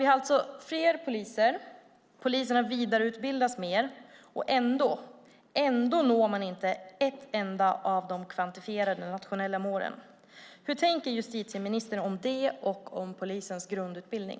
Vi har alltså fler poliser och poliserna vidareutbildas mer. Ändå når man inte ett enda av de kvantifierade nationella målen. Hur tänker justitieministern om det och om polisens grundutbildning?